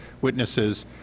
witnesses